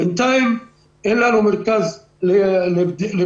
בינתיים אין לנו מרכז לבדיקות.